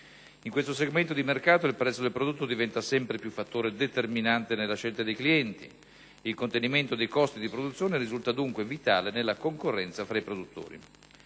In questo segmento di mercato il prezzo del prodotto diventa sempre più fattore determinante nella scelta dei clienti. Il contenimento dei costi di produzione risulta, dunque, vitale nella concorrenza tra i produttori.